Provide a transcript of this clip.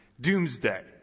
doomsday